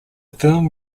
film